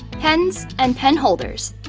pens and pen holders